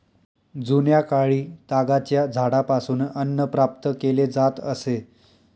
जुन्याकाळी तागाच्या झाडापासून अन्न प्राप्त केले जात असे